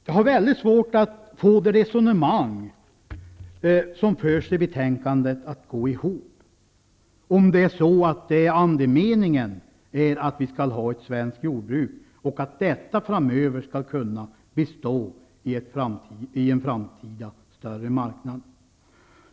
Jag har väldigt svårt att få det resonemang som förs i betänkandet att gå ihop, om andemeningen är att vi skall ha ett svenskt jordbruk och att detta skall kunna bestå på en framtida större marknad.